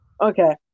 Okay